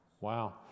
Wow